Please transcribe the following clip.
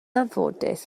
anffodus